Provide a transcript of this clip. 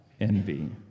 envy